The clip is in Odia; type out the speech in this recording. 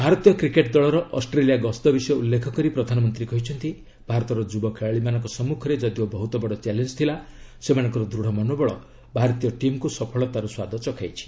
ଭାରତୀୟ କ୍ରିକେଟ୍ ଦଳର ଅଷ୍ଟ୍ରେଲିଆ ଗସ୍ତ ବିଷୟ ଉଲ୍ଲେଖ କରି ପ୍ରଧାନମନ୍ତ୍ରୀ କହିଛନ୍ତି ଭାରତର ଯୁବ ଖେଳାଳିମାନଙ୍କ ସମ୍ମୁଖରେ ଯଦିଓ ବହୁତ ବଡ଼ ଚ୍ୟାଲେଞ୍ଜ୍ ଥିଲା ସେମାନଙ୍କର ଦୂଢ଼ ମନୋବଳ ଭାରତୀୟ ଟିମ୍କୁ ସଫଳତାର ସ୍ୱାଦ ଚଖାଇଛି